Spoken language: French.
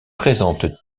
présente